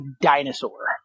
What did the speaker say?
dinosaur